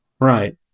Right